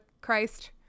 Christ